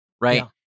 right